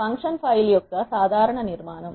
function file యొక్క సాధారణ నిర్మాణం